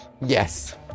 yes